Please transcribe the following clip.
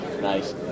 Nice